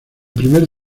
primer